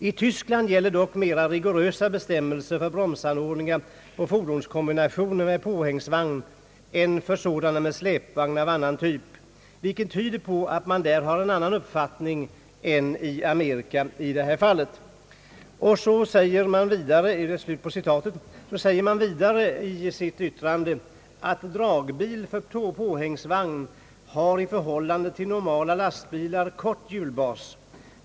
I Tyskland gäller dock mera rigorösa bestämmelser för bromsanordningar på fordonskombinationer med påhängsvagn än för sådana med släpvagn av annan typ, vilket tyder på att man där har en annan uppfattning än i USA.» Vidare sägs i yttrandet: »Dragbil för påhängsvagn har i förhållande till normala lastbilar kort hjulbas.